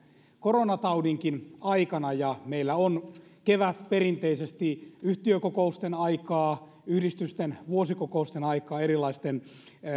koronataudinkin aikana meillä on kevät perinteisesti yhtiökokousten aikaa yhdistysten vuosikokousten aikaa erilaisten